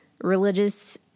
religious